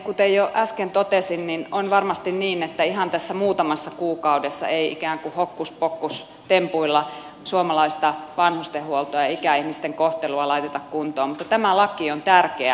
kuten jo äsken totesin on varmasti niin että ihan tässä muutamassa kuukaudessa ei ikään kuin hokkuspokkustempuilla suomalaista vanhustenhuoltoa ja ikäihmisten kohtelua laiteta kuntoon mutta tämä laki on tärkeä